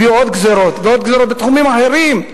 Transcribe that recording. הביאו עוד גזירות ועוד גזירות, בתחומים אחרים.